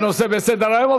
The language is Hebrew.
לנושא בסדר-היום,